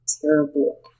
terrible